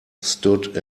stood